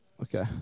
okay